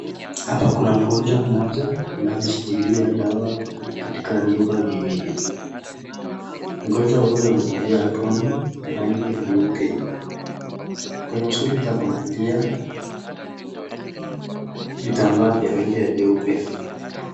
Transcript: Hapa kuna mgonwa mmoja ambaye ameshikilia dawa katika vyuma viwili, mgonjwa huyu amevalia aproni ya rangi ya jeupe kwenye usuli za kuangalia vitambaa vya rangi ya jeupe.